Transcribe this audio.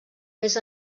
més